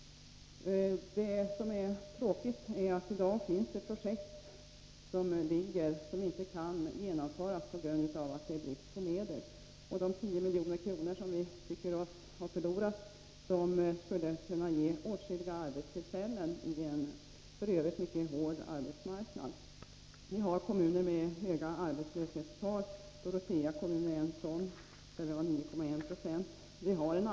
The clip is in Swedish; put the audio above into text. Det tråkiga är att det i dag finns projekt som inte kan genomföras på grund av brist på medel. De 10 milj.kr. som vi tycker oss ha förlorat skulle kunna ge åtskilliga arbetstillfällen på en i övrigt mycket hård arbetsmarknad. Vi har kommuner med höga arbetslöshetstal. Dorotea är en sådan kommun. Där är 9,1 90 av befolkningen arbetslös.